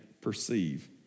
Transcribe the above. perceive